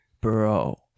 bro